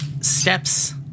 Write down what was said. steps